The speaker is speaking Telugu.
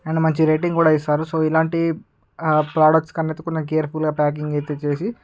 అండ్ మంచి రేటింగు కూడా ఇస్తారు సో ఇలాంటి ప్రొడక్ట్సును అయితే కొంచెం కేర్ఫుల్గా ప్యాకింగు అయితే చేసి